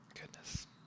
Goodness